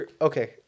Okay